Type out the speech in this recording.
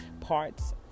parts